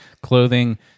clothing